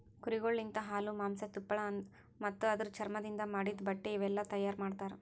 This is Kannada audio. ಕುರಿಗೊಳ್ ಲಿಂತ ಹಾಲು, ಮಾಂಸ, ತುಪ್ಪಳ ಮತ್ತ ಅದುರ್ ಚರ್ಮದಿಂದ್ ಮಾಡಿದ್ದ ಬಟ್ಟೆ ಇವುಯೆಲ್ಲ ತೈಯಾರ್ ಮಾಡ್ತರ